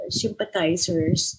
sympathizers